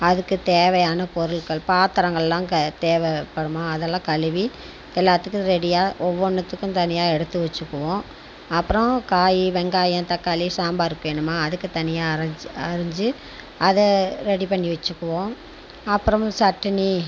அதுக்கு தேவையான பொருள்கள் பாத்திரங்கள்லா தேவை படுமா அதெலாம் கழுவி எல்லாத்துக்கும் ரெடியாக ஒவ்வொன்னுத்துக்கும் தனியாக எடுத்து வச்சுக்குவோம் அப்புறோம் காய் வெங்காயம் தக்காளி சாம்பார்க்கு வேணுமா அதுக்கு தனியாக அரிஞ்சு அரிஞ்சு அதை ரெடி பண்ணி வச்சுக்குவோம் அப்புறோம் சட்டினி